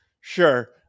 Sure